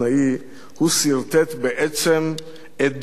הוא סרטט בעצם את דיוקן עצמו,